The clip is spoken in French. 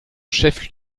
chef